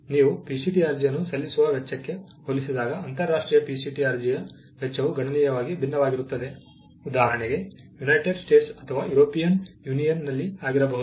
ನೀವು PCT ಅರ್ಜಿಯನ್ನು ಸಲ್ಲಿಸುವ ವೆಚ್ಚಕ್ಕೆ ಹೋಲಿಸಿದಾಗ ಅಂತರರಾಷ್ಟ್ರೀಯ PCT ಅರ್ಜಿಯ ವೆಚ್ಚವು ಗಣನೀಯವಾಗಿ ಭಿನ್ನವಾಗಿರುತ್ತದೆ ಉದಾಹರಣೆಗೆ ಯುನೈಟೆಡ್ ಸ್ಟೇಟ್ಸ್ ಅಥವಾ ಯುರೋಪಿಯನ್ ಯೂನಿಯನ್ ನಲ್ಲಿ ಆಗಿರಬಹುದು